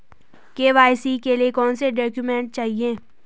KYC के लिए कौनसे डॉक्यूमेंट चाहिये?